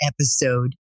episode